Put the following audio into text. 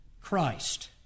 Christ